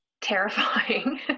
terrifying